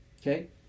okay